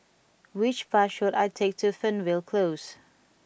which bus should I take to Fernvale Close